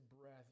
breath